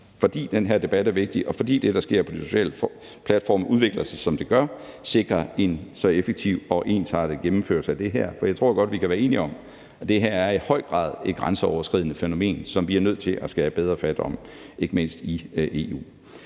fordi den her debat er vigtig, og fordi det, der sker på de sociale platforme, udvikler sig, som det gør – sikre en så effektiv og ensartet gennemførelse af det her som muligt. For jeg tror godt, at vi kan blive enige om, at det her i høj grad er et grænseoverskridende fænomen, som vi er nødt til at have bedre fat om, ikke mindst i EU.